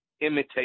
imitate